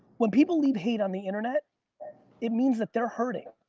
when people leave hate on the internet it means that they're hurting.